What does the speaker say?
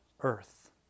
earth